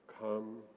come